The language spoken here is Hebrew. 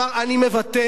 אמר: אני מוותר.